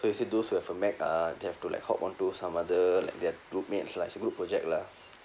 so he say those who have a mac uh they have to like hop onto some other like their groupmates lah it's a group project lah